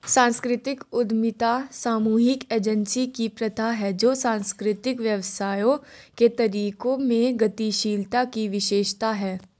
सांस्कृतिक उद्यमिता सामूहिक एजेंसी की प्रथा है जो सांस्कृतिक व्यवसायों के तरीकों में गतिशीलता की विशेषता है